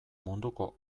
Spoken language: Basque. munduko